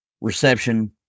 reception